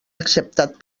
acceptat